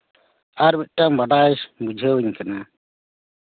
ᱟᱨ ᱢᱤᱫᱴᱟᱱ ᱵᱟᱰᱟᱭ ᱵᱩᱡᱷᱟᱹᱣᱤᱧ ᱠᱟᱱᱟ